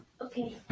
Okay